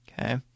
Okay